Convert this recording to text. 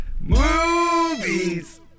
movies